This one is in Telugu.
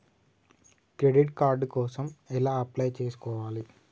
క్రెడిట్ కార్డ్ కోసం ఎలా అప్లై చేసుకోవాలి?